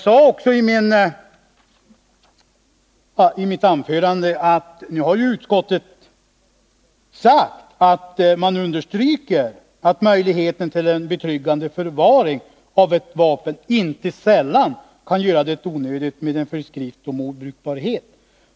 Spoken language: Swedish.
Jag pekade i mitt huvudanförande på att utskottet understryker att . möjligheten till en betryggande förvaring av ett vapen inte sällan kan göra det onödigt med en föreskrift om obrukbarhet.